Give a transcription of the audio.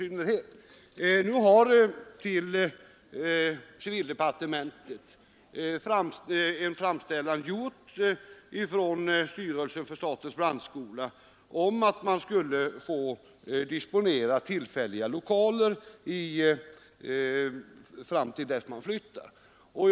Det har nu gjorts en framställning till civildepartementet från styrelsen för statens brandskola om att denna skulle få disponera tillfälliga lokaler fram till dess att skolan flyttas.